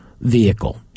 vehicle